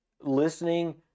listening